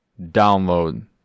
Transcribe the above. download